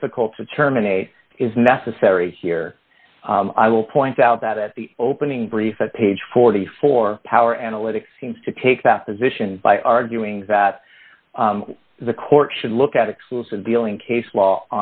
difficult to terminate is necessary here i will point out that at the opening brief at page forty four power analytics seems to take that position by arguing that the court should look at exclusive dealing case law